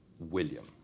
William